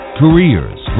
careers